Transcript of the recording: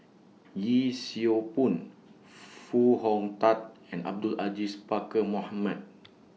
Yee Siew Pun Foo Hong Tatt and Abdul Aziz Pakkeer Mohamed